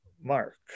mark